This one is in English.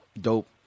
dope